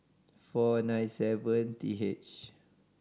four nine seven T H